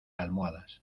almohadas